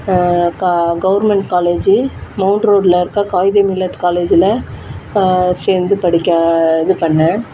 government college mount ரோட்டில் இருக்க காயிதே மில்லத் காலேஜில் சேர்ந்து படிக்க இதுபண்ணேன்